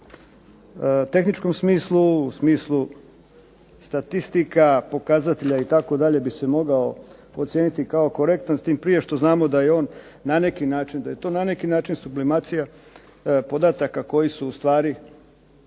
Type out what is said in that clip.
tehničkom smislu, smislu statistika, pokazatelja itd. bi se mogao ocijeniti kao korektan s tim prije što znamo da je on na neki način, da je to na neki način sublimacija podataka koji su u stvari ove